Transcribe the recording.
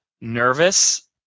nervous